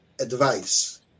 advice